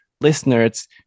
listeners